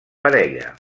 parella